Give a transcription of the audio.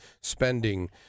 spending